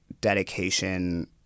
dedication